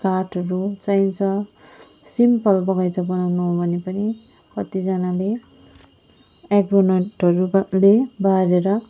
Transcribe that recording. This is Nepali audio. काठहरू चाहिन्छ सिम्पल बगैँचा बनाउन हो भने पनि कतिजनाले एग्रोनेटहरूले बारेर